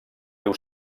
riu